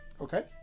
Okay